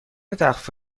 تخفیف